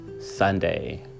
Sunday